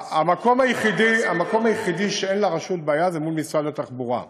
המקום היחידי שבו אין לרשות שום בעיה זה משרד התחבורה,